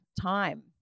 time